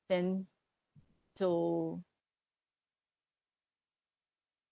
then to